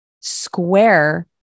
square